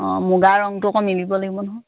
অঁ মুগা ৰঙটো আকৌ মিলিব লাগিব নহয়